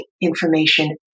information